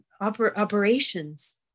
operations